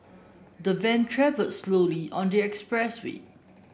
the van travelled slowly on the expressway